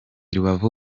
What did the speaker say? rubavu